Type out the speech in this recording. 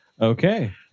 Okay